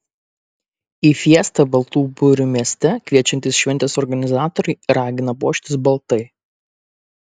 į fiestą baltų burių mieste kviečiantys šventės organizatoriai ragina puoštis baltai